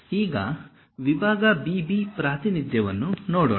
ಈಗ ವಿಭಾಗ B B ಪ್ರಾತಿನಿಧ್ಯವನ್ನು ನೋಡೋಣ